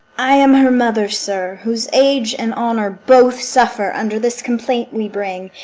i am her mother, sir, whose age and honour both suffer under this complaint we bring,